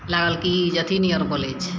लागल की जे अथी नियर बोलय छै